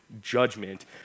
judgment